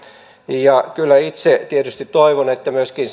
ja kyllä itse tietysti toivon että myöskin